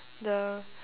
the